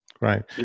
right